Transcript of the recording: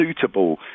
suitable